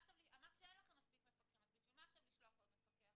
אמרת שאין לכם מספיק מפקחים אז בשביל מה עכשיו לשלוח עוד מפקח?